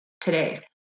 today